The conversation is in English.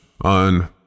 on